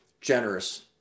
generous